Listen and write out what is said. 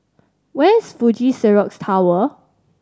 where is Fuji Xerox Tower